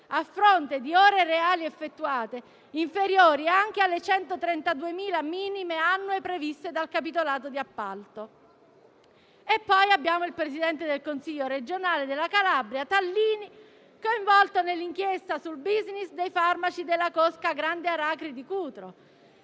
a fronte di ore reali effettuate inferiori anche alle 132.000 minime annue previste dal capitolato di appalto. Poi abbiamo il presidente del Consiglio regionale della Calabria Tallini, coinvolto nell'inchiesta sul *business* dei farmaci della cosca Grande Aracri di Cutro.